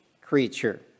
creature